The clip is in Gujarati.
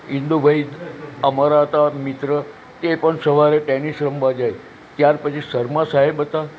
ઇન્દુભાઈ અમારા હતા મિત્ર એ પણ સવારે ટેનિસ રમવા જાય ત્યારપછી શર્મા સાહેબ હતા